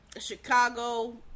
Chicago